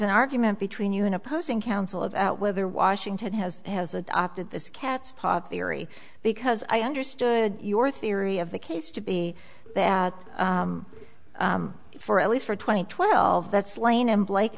an argument between you and opposing counsel about whether washington has has adopted this cat's paw theory because i understood your theory of the case to be there for at least for twenty twelve that's lane and blake